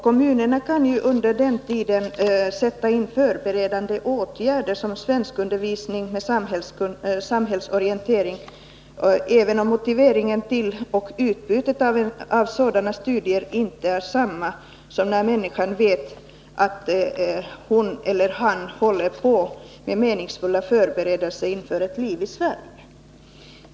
Kommunerna kan under den tiden sätta in förberedande åtgärder som svenskundervisning med samhällsorientering, även om motiveringen till och utbytet av sådana studier inte är desamma som när vederbörande vet att hon eller han håller på med meningsfulla förberedelser inför ett liv i Sverige.